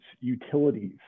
utilities